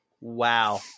Wow